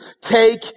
take